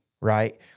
Right